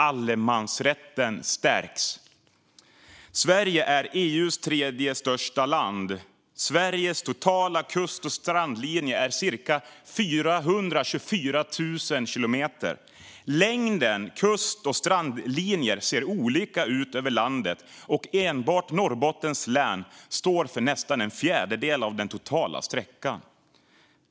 Allemansrätten stärks. Sverige är EU:s tredje största land. Sveriges totala kust och strandlinje är cirka 424 000 kilometer. Kust och strandlinjernas längd ser olika ut över landet, och enbart Norrbottens län står för nästan en fjärdedel av den totala sträckan.